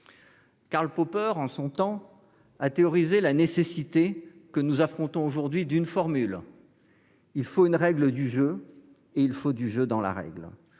Karl Popper, en son temps, a théorisé la nécessité que nous affrontons d'une formule : il faut une règle du jeu et il faut du jeu dans la règle.